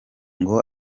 ngo